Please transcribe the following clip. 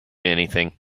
anything